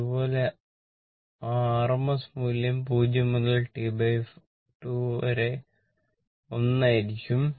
അതുപോലെ ആ Vrms മൂല്യം 0 മുതൽ T4 വരെ r 1 ആയിരിക്കും